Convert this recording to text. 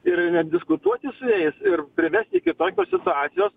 ir net diskutuoti su jais ir privesti iki tokios situacijos